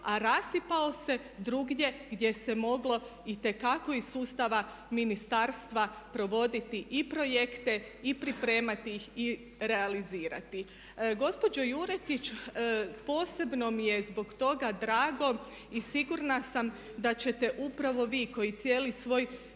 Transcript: a rasipao se drugdje gdje se moglo itekako iz sustava ministarstva provoditi i projekte i pripremati ih i realizirati. Gospođo Juretić, posebno mi je zbog toga drago i sigurno sam da ćete upravo vi koji cijeli svoj